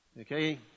Okay